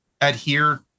adhere